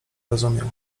rozumiał